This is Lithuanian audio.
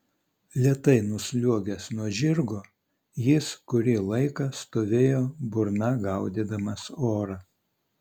lėtai nusliuogęs nuo žirgo jis kurį laiką stovėjo burna gaudydamas orą